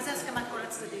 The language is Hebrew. מה זה "הסכמת כל הצדדים"?